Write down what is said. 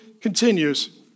continues